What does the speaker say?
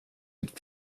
vid